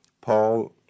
Paul